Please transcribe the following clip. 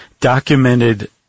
documented